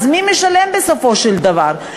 מי משלם בסופו של דבר?